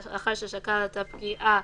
לאחר ששקל את הפגיעה